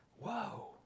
whoa